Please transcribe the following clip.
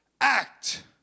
act